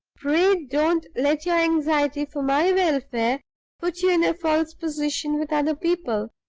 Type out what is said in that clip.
pray don't let your anxiety for my welfare put you in a false position with other people!